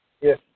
Yes